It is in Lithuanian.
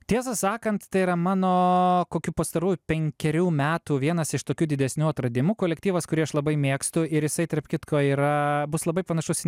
tiesą sakant tai yra mano kokių pastarųjų penkerių metų vienas iš tokių didesnių atradimų kolektyvas kurį aš labai mėgstu ir jisai tarp kitko yra bus labai panašus į